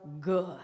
good